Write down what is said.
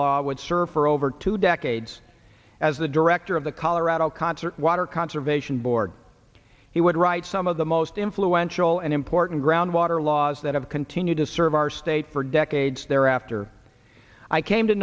for over two decades as the director of the colorado concert water conservation board he would write some of the most influential and important ground water laws that have continued to serve our state for decades thereafter i came to